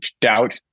doubt